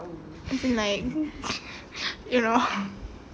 something like you know